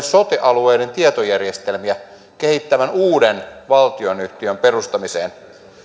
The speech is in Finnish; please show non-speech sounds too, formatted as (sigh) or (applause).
(unintelligible) sote alueiden tietojärjestelmiä kehittävän uuden valtionyhtiön perustamiseen